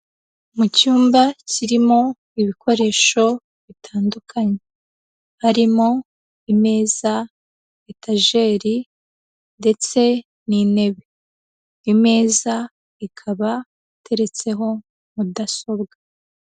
Mu cyumba kirimo ibikoresho bitandukanye. Harimo imeza, etajeri ndetse n'intebe. Imeza ikaba iteretseho mudasobwa.